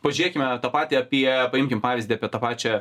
pažiūkime tą patį apie paimkim pavyzdį apie tą pačią